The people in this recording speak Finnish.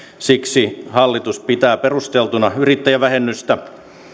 hallitus pitää perusteltuna yrittäjävähennystä